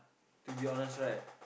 to be honest right